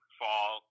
fall